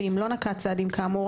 ואם לא נקט צעדים כאמור,